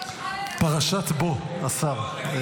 פרשת בוא, השר.